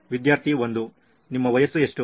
ವಿದ್ಯಾರ್ಥಿ 1 ನಿಮ್ಮ ವಯಸ್ಸು ಎಷ್ಟು